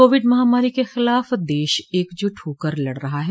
Covid महामारी के खिलाफ देश एकजुट होकर लड़ रहा है